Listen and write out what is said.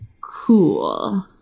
cool